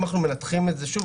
אם אנחנו מנתחים את זה שוב,